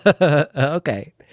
Okay